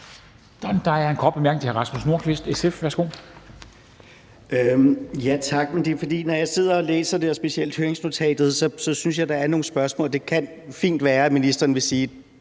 SF. Værsgo. Kl. 13:41 Rasmus Nordqvist (SF): Tak. Når jeg sidder og læser om det, specielt høringsnotatet, så synes jeg, at der er nogle spørgsmål. Det kan fint være, at ministeren vil sige,